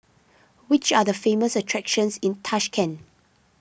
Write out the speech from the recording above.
which are the famous attractions in Tashkent